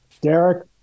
Derek